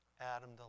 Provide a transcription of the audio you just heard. Adam